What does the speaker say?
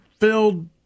filled